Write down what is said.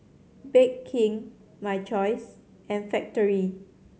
Bake King My Choice and Factorie